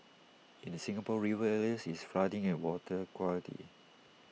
in the Singapore river areas it's flooding and water quality